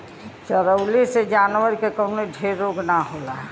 चरावे से जानवर के कवनो ढेर रोग ना होला